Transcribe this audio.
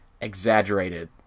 exaggerated